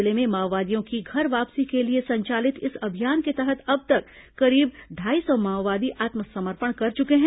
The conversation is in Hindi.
जिले में माओवादियों की घर वापसी के लिए संचालित इस अभियान के तहत अब तक करीब ढाई सौ माओवादी आत्मसमर्पण कर चुके हैं